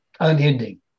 Unending